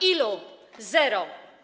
Ilu? Zero.